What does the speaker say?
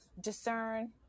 discern